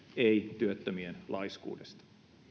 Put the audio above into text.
ei työttömien laiskuudesta